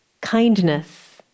kindness